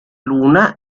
luna